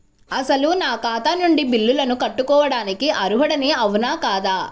అసలు నా ఖాతా నుండి బిల్లులను కట్టుకోవటానికి అర్హుడని అవునా కాదా?